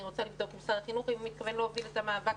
רוצה לבדוק עם שר החינוך האם הוא מתכוון להוביל את המאבק